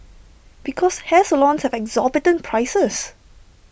because hair salons have exorbitant prices